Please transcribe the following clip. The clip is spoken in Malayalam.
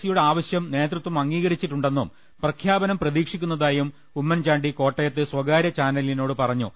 സിയുടെ ആവശ്യം നേതൃത്വം അംഗീകരിച്ചിട്ടുണ്ടെന്നും പ്രഖ്യാപനം പ്രതീക്ഷിക്കുന്നതായും ഉമ്മൻചാണ്ടി കോട്ടയത്ത് സ്വകാര്യ ചാനലിനോട് പറഞ്ഞു